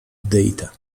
data